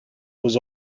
was